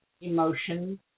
emotions